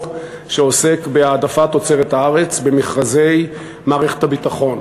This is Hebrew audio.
שעוסק בהעדפת תוצרת הארץ במכרזי מערכת הביטחון.